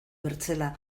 bertzela